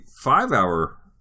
five-hour